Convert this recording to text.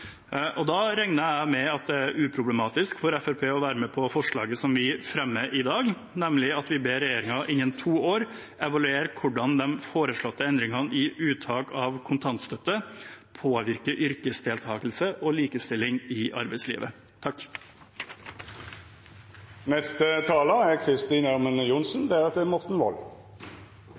Da regner jeg med at det er uproblematisk for Fremskrittspartiet å være med på forslaget vi fremmer i dag, nemlig at vi ber regjeringen innen to år evaluere hvordan de foreslåtte endringene i uttak av kontantstøtten påvirker yrkesdeltakelse og likestilling i arbeidslivet.